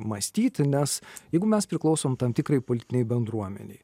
mąstyti nes jeigu mes priklausom tam tikrai politinei bendruomenei